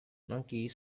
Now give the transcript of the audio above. monkeys